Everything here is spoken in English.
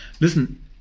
Listen